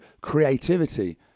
creativity